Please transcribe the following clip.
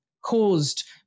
caused